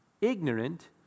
ignorant